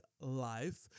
life